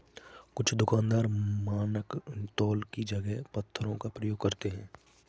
कुछ दुकानदार मानक तौल की जगह पत्थरों का प्रयोग करते हैं